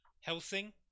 Helsing